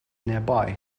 nearby